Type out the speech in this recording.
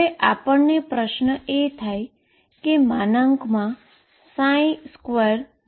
હવે આપણને પ્રશ્ન એ થાય કે 2 નો અર્થ શુ છે